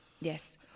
yes